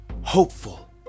hopeful